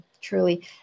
truly